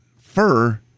fur